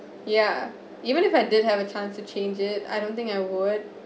ya even if I didn't have a chance to change it I don't think I would